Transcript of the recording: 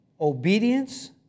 Obedience